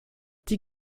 die